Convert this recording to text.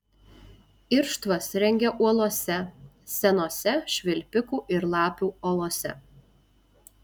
irštvas rengia uolose senose švilpikų ir lapių olose